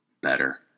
better